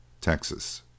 Texas